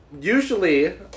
Usually